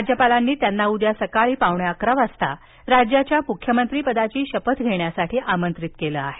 राज्यपालांनी त्यांना उद्या सकाळी पावणे अकरा वाजता राज्याच्या मुख्यमंत्री पदाची शपथ घेण्यासाठी आमंत्रित केलं आहे